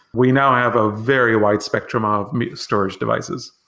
we now have a very wide spectrum of storage devices.